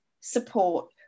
support